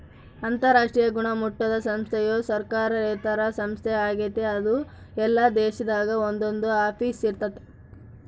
ಅಂತರಾಷ್ಟ್ರೀಯ ಗುಣಮಟ್ಟುದ ಸಂಸ್ಥೆಯು ಸರ್ಕಾರೇತರ ಸಂಸ್ಥೆ ಆಗೆತೆ ಅದು ಎಲ್ಲಾ ದೇಶದಾಗ ಒಂದೊಂದು ಆಫೀಸ್ ಇರ್ತತೆ